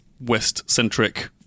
West-centric